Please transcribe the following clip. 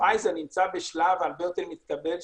פייזר נמצאת בשלב הרבה יותר מתקדם,